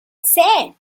said